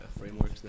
frameworks